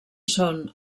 són